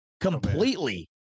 completely